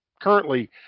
currently